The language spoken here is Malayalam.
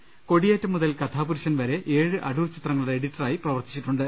കൊടിയേറ്റം മുതൽ കഥാപുരുഷൻ വരെ ഏഴ് അടൂർ ചിത്രങ്ങളുടെ എഡിറ്ററായി പ്രവർത്തിച്ചിട്ടുണ്ട്